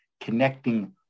connecting